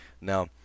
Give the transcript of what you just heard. Now